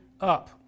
up